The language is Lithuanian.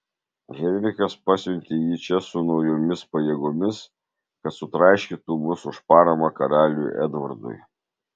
henrikas pasiuntė jį čia su naujomis pajėgomis kad sutraiškytų mus už paramą karaliui edvardui